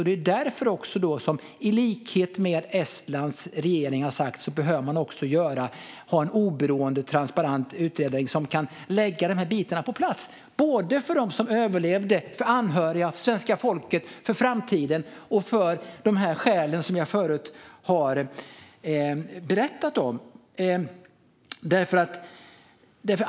Det är därför man, i likhet med vad Estlands regering har sagt, behöver ha en oberoende, transparent utredning som kan lägga dessa bitar på plats, för dem som överlevde, för de anhöriga, för svenska folket, för framtiden och av de skäl som jag berättat om.